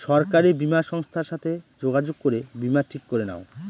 সরকারি বীমা সংস্থার সাথে যোগাযোগ করে বীমা ঠিক করে নাও